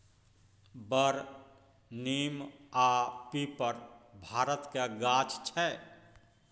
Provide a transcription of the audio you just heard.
बर, नीम आ पीपर भारतक गाछ छै